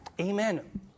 Amen